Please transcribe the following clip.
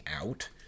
out